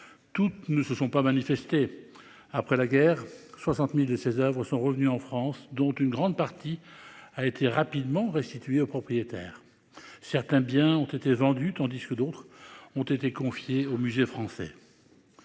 Toutes ne se sont pas manifestés. Après la guerre, 60.000 de ses Oeuvres sont revenus en France dont une grande partie a été rapidement restitués au propriétaire. Certains biens ont été vendus tandis que d'autres ont été confiées aux musées français.